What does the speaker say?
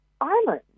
island